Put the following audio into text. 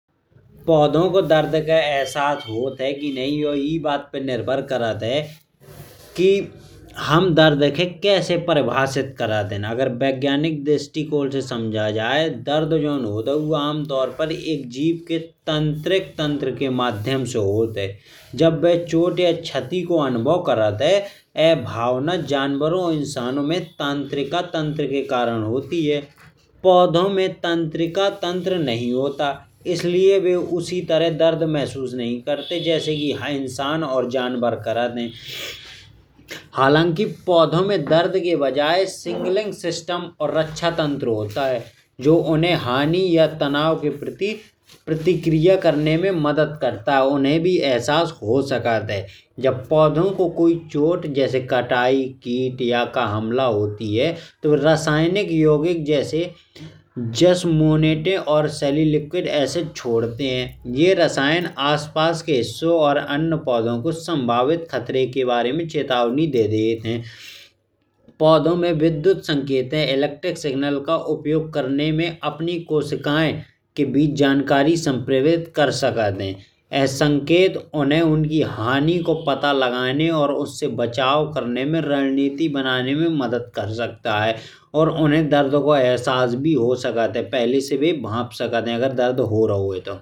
पौधो को दर्द का अहसास होत है कि नहीं यो यी बात पे निर्भर करत है। कि हम दर्द खें कैसे परिभाषित करत है। विज्ञानिक दृष्टिकोण से समझो जाये दर्द जौन होत है। आम तौर पर एक जीव के तांत्रिक तंत्र के माध्यम से होत है। जब चोट या छाती को अनुभव करत है यह भावना जानवारो और इंसानो में तांत्रिका तंत्र के कारण होत है। पौधो में तांत्रिक तंत्र नहीं होता इसलिए बे उसी तरह दर्द महसूस नहीं करत। जैसे कि इंसान और जानवर करत है। हालांकि पौधो में दर्द की वजह सिंगलिंग सिस्टम और रक्षा तंत्र होता है। जो उन्हें हानि या तनाव के प्रति प्रतिक्रिया करने में मदद करत है उन्हें भी अहसास हो सकत। है जब पौधो को कोई चोट जैसे कटाई। कीट या का हमला होती है तो रासायनिक योगिक जैसे जैस्मोनिटिक सैली लिक्विड एसिड छोड़त है। ये रासायन आस पास के हिस्सों और अन्य पौधो को संभावित खतरे के बारे में चेतावनी दे देता है। पौधो में विद्युत संकेतों इलेक्ट्रिक सिग्नल का उपयोग। करने में अपनी कोशिकाये की जानकारी सम्प्रेषित कर सकत है। यह संकेत उन्हें उनकी हानि को पता लगाने और उससे बचाव करने में रणनीति बनाने में मदद करत है। और उन्हें दर्द का अहसास हो सकत है पहले से वे भांप सकत है अगर दर्द हो रहो हो तो।